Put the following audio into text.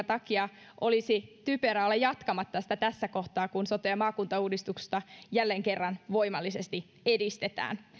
takia olisi typerää olla jatkamatta sitä tässä kohtaa kun sote ja maakuntauudistusta jälleen kerran voimallisesti edistetään